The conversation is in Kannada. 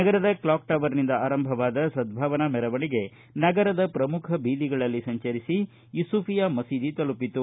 ನಗರದ ಕ್ಲಾಕ್ ಟವರ್ನಿಂದ ಆರಂಭವಾದ ಸದ್ದಾವನಾ ಮೆರವಣಿಗೆ ನಗರದ ಪ್ರಮುಖ ಬೀದಿಗಳಲ್ಲಿ ಸಂಚರಿಸಿ ಯೂಸೂಫಿಯಾ ಮಸೀದಿ ತಲುಪಿತು